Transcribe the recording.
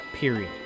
period